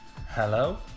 Hello